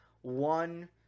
One